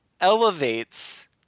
elevates